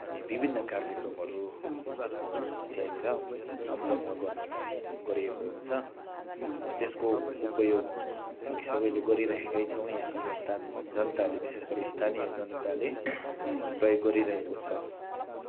अनि विभिन्न कार्यक्रमहरू त्यहाँनिर सम्पन्न गर्ने काम गरिएको हुन्छ र त्यसको उपयोग हामी सबैले गरिराखेकै छौँ यहाँका जनता जनताले विशेषगरी स्थानीय जनताले प्रयोग गरिरहेको छ